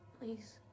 please